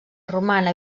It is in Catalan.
romana